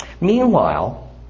Meanwhile